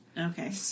Okay